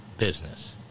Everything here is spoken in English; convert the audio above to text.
business